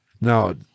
now